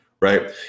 right